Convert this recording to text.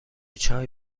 چای